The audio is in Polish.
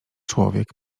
człowiek